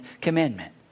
commandment